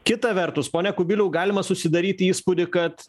kita vertus pone kubiliau galima susidaryti įspūdį kad